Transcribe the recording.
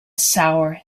sour